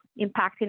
impacting